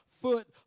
foot